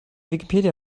wikipedia